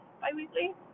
bi-weekly